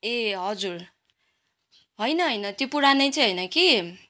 ए हजुर होइन होइन त्यो पुरानै चाहिँ होइन कि